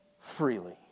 freely